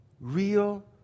Real